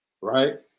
Right